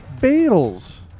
fails